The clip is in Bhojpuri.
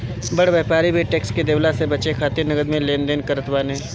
बड़ व्यापारी भी टेक्स देवला से बचे खातिर नगद में लेन देन करत बाने